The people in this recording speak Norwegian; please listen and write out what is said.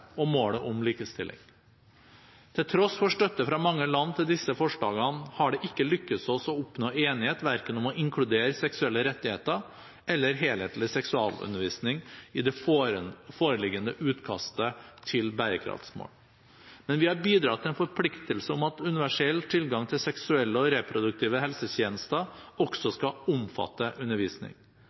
og målet om likestilling. Til tross for støtte fra mange land til disse forslagene har det ikke lyktes oss å oppnå enighet verken om å inkludere seksuelle rettigheter eller helhetlig seksualundervisning i det foreliggende utkastet til bærekraftsmål. Men vi har bidratt til en forpliktelse om at universell tilgang til seksuelle og reproduktive helsetjenester også skal omfatte undervisning.